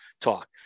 talk